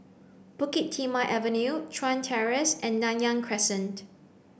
Bukit Timah Avenue Chuan Terrace and Nanyang Crescent